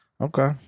Okay